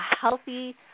healthy